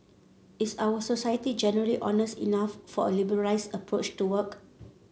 is our society generally honest enough for a liberalised approach to work